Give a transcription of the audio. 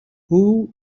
who